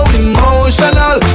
emotional